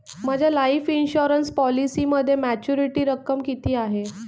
माझ्या life insurance पॉलिसीमध्ये maturity रक्कम किती आहे?